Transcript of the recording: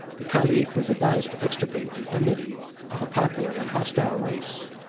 the caliph was advised to extirpate the enmity of a popular and hostile race,